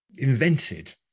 invented